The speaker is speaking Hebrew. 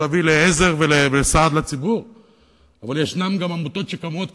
ל-NGO או לארגוני המגזר השלישי יש חלק במערכת הדמוקרטית,